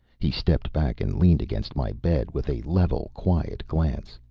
he stepped back and leaned against my bed with a level, quiet glance.